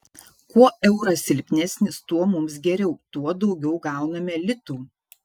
kuo euras silpnesnis tuo mums geriau tuo daugiau gauname litų